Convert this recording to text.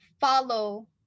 follow